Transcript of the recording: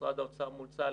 משרד האוצר מול צה"ל,